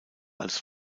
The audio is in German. als